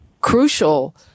crucial